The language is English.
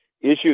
issue